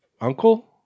uncle